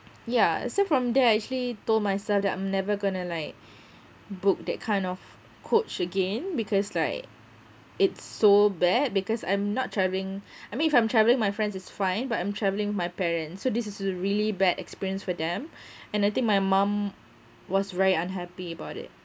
yeah so from there I actually told myself that I'm never gonna like book that kind of coach again because like it's so bad because I'm not travelling I mean if I'm travelling my friends it's fine but I'm travelling my parents so this is a really bad experience for them and I think my mum was very unhappy about it